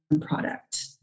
product